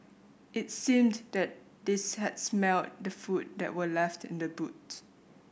it seemed that they had smelt the food that were left in the boot